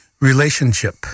relationship